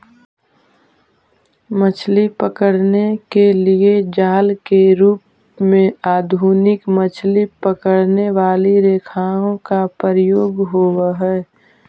मछली पकड़ने के लिए जाल के रूप में आधुनिक मछली पकड़ने वाली रेखाओं का प्रयोग होवअ हई